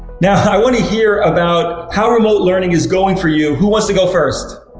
now i want to hear about how remote learning is going for you. who wants to go first?